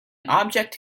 object